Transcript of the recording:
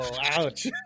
ouch